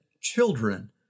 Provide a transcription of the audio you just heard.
children